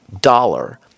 dollar